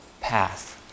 path